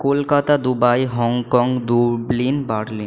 Kolkata Dubai Hong Kong Dublin Berlin